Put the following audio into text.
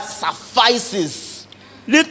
suffices